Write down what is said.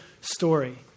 story